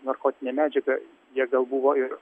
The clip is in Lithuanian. narkotine medžiaga jie gal buvo ir